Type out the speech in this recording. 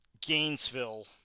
Gainesville